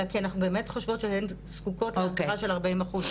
אלא כי אנחנו באמת חושבות שהן זקוקות להכרה של 40 אחוז,